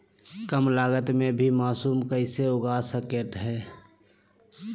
कम लगत मे भी मासूम कैसे उगा स्केट है?